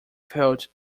failed